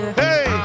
hey